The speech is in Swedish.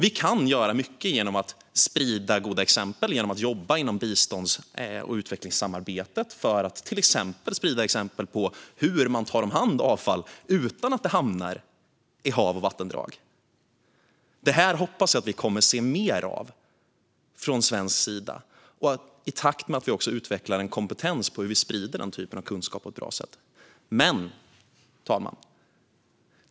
Vi kan göra mycket genom att jobba inom bistånds och utvecklingssamarbetet för att sprida exempel på hur man tar hand om avfall så att det inte hamnar i hav och vattendrag. Det här hoppas jag att vi kommer att se mer av från svensk sida i takt med att vi också utvecklar en kompetens när det gäller hur vi sprider den typen av kunskap på ett bra sätt. Herr talman!